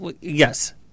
yes